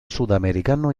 sudamericano